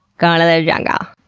going to the jungle.